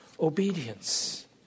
obedience